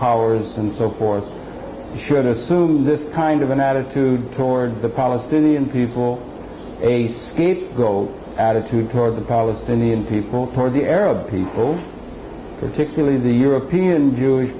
powers and so forth should assume this kind of an attitude towards the palestinian people a scapegoat attitude toward the palestinian people toward the arab people particularly the european jewish